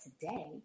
today